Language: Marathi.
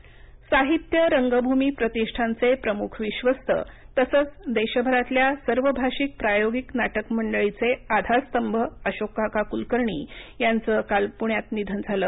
निधन साहित्य रंगभूमी प्रतिष्ठानचे प्रमुख विश्वस्त तसंच देशभरातल्या सर्वभाषिक प्रायोगिक नाटकमंडळींचे आधारस्तंभ अशोककाका कुलकर्णी यांचे काल पुण्यात निधन झालं